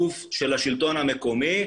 גוף של השלטון המקומי,